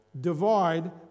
divide